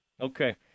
Okay